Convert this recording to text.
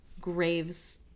graves